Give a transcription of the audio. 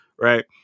Right